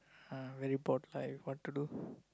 ah very bored life what to do